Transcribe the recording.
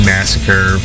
Massacre